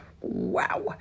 wow